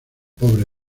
pobre